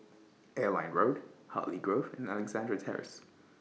Airline Road Hartley Grove and Alexandra Terrace